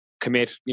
commit